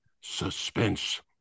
suspense